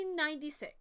1996